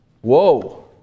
Whoa